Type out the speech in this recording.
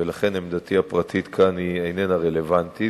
ולכן עמדתי הפרטית איננה רלוונטית,